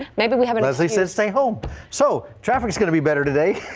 maybe we haven't as they says they hope so traffic is going to be better today.